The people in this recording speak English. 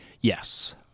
Yes